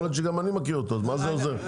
יכול להיות שגם אני מכיר אותו, אז מה זה עוזר?